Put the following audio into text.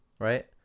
Right